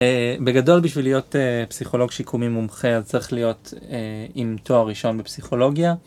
בגדול בשביל להיות פסיכולוג שיקומי מומחה, אז צריך להיות עם תואר ראשון בפסיכולוגיה,